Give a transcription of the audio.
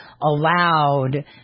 allowed